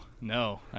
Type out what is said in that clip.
no